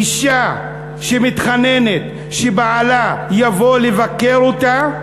אישה שמתחננת שבעלה יבוא לבקר אותה,